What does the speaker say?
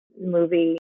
movie